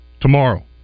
tomorrow